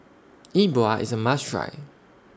E Bua IS A must Try